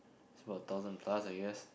it's about thousand plus I guess